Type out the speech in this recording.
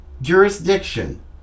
jurisdiction